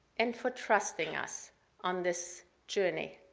and for trusting us on this journey.